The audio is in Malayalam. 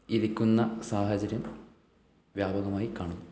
ഇരിക്കുന്ന സാഹചര്യം വ്യാപകമായി കാണുന്നു